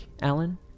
Alan